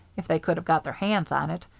if they could have got their hands on it,